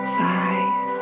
five